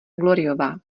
gloryová